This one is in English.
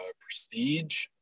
prestige